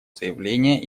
заявление